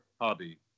hobby